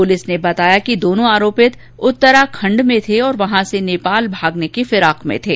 police ने बताया कि दोनों आरोपित उत्तराखण्ड में थे और वहां से नेपाल भागने की फिराक में थे